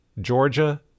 Georgia